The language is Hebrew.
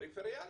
פריפריאליות.